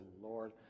Lord